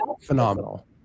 phenomenal